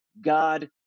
God